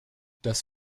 das